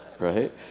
right